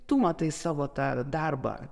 tu matai savo tą darbą